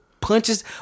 punches